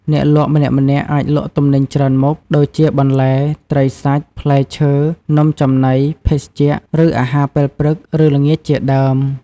អ្នកលក់ម្នាក់ៗអាចលក់ទំនិញច្រើនមុខ ដូចជាបន្លែ ត្រីសាច់ ផ្លែឈើ នំចំណី ភេសជ្ជៈ ឬអាហារពេលព្រឹក ឬល្ងាចជាដើម។